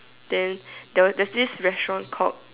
then there was there's this restaurant called